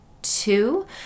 two